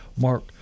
Mark